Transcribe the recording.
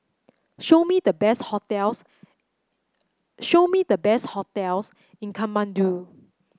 show me the best hotels show me the best hotels in Kathmandu